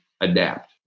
adapt